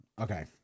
Okay